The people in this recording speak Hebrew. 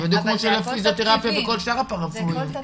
זה בדיוק כמו פיזיותרפיה בכל -- זה הכל תקציבים.